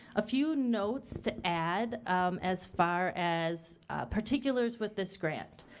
a few notes to add as far as particulars with this grant.